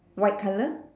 white colour